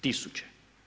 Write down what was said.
Tisuće.